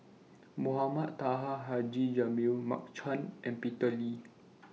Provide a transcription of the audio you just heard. Mohamed Taha Haji Jamil Mark Chan and Peter Lee